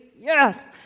Yes